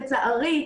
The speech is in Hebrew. לצערי,